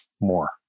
more